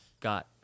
got